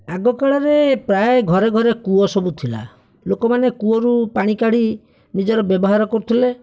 ଆଗକାଳରେ ପ୍ରାୟ ଘରେ ଘରେ କୂଅସବୁ ଥିଲା ଲୋକମାନେ କୂଅରୁ ପାଣି କାଢ଼ି ନିଜର ବ୍ୟବହାର କରୁଥିଲେ